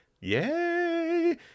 Yay